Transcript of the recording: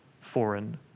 foreign